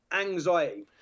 anxiety